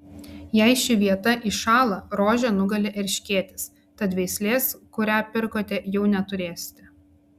jei ši vieta iššąla rožę nugali erškėtis tad veislės kurią pirkote jau neturėsite